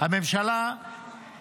-- הצעת חוק הממשלה מס'